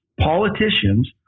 Politicians